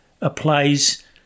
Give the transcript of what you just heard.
applies